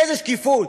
איזו שקיפות?